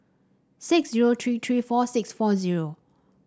six zero three three four six four zero